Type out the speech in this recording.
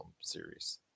series